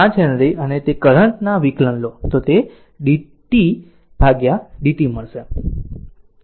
5 Henry અને તે current ના વિકલન લો તે d t dt